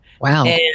Wow